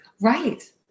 right